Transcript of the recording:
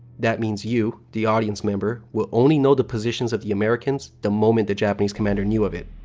that means you, the audience member, will only know the positions of the americans the moment the japanese commander knew of it.